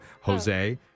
Jose